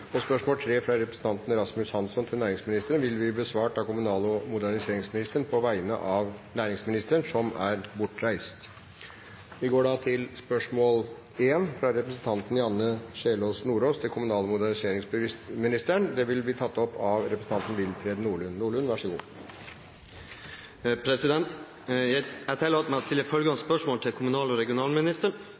Spørsmål 3, fra representanten Rasmus Hansson til næringsministeren, vil bli besvart av kommunal- og moderniseringsministeren på vegne av næringsministeren, som er bortreist. Dette spørsmålet, fra Janne Sjelmo Nordås til kommunal- og moderniseringsministeren, vil bli tatt opp av representanten Willfred Nordlund. Jeg tillater meg å stille følgende spørsmål til kommunal- og